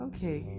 Okay